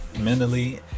mentally